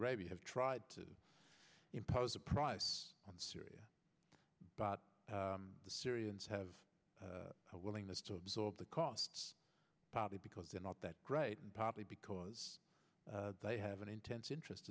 arabia have tried to impose a price on syria but the syrians have a willingness to absorb the costs partly because they're not that great and partly because they have an intense interest